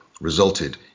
resulted